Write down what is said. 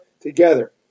together